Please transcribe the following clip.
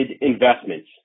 investments